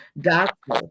doctor